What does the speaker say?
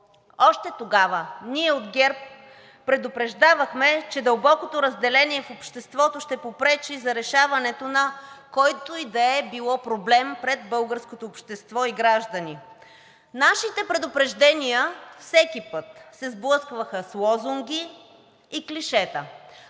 Още тогава ние от ГЕРБ предупреждавахме, че дълбокото разделение в обществото ще попречи за решаването на който и да е било проблем пред българското общество и граждани. Нашите предупреждения всеки път се сблъскваха с лозунги и клишета